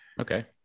okay